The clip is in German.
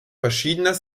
verschiedener